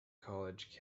college